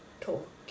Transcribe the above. talk